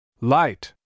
Light